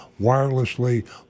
wirelessly